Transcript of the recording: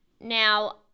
Now